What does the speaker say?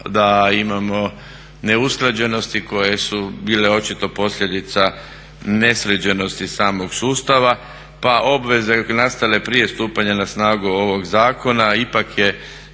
da imamo neusklađenosti koje su bile očito posljedica nesređenosti samog sustava pa obveze nastale prije stupanja na snagu ovog zakona ipak je